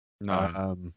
No